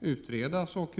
utredas närmare.